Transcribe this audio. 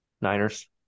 Niners